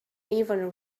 even